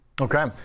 okay